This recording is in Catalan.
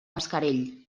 mascarell